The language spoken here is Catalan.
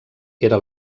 era